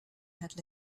had